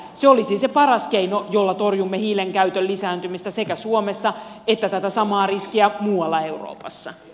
se olisi se paras keino jolla torjumme hiilen käytön lisääntymistä suomessa ja tätä samaa riskiä muualla euroopassa